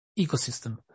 ecosystem